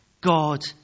God